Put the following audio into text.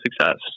success